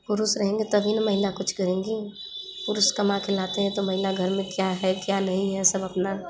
पुरुष रहेंगे तभी ना महिला कुछ करेंगी पुरुष कमा के लाते हैं तो महिला घर में क्या है क्या नहीं हैं ये सब अपना